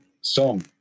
song